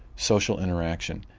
social interaction.